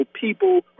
people